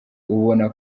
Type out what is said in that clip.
ubona